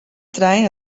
trein